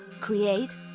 create